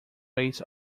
rates